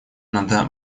надо